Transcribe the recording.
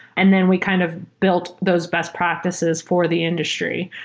and then we kind of built those best practices for the industry.